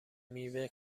میوه